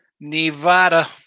Nevada